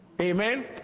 amen